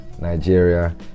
Nigeria